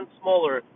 smaller